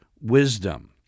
wisdom